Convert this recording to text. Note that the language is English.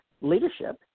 leadership